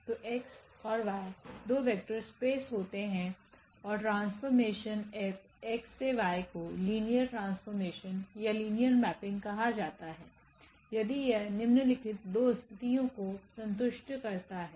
तोX औरY दो vector space होते हैं और ट्रांसफॉर्मेशन FX→Yको लिनियर ट्रांसफॉर्मेशन या लिनियर मैपिंग कहा जाता है यदि यह निम्नलिखित दो स्थितियों को संतुष्ट करता है